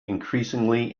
increasingly